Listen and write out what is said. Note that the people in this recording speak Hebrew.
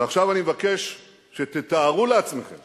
ועכשיו אני מבקש שתתארו לעצמכם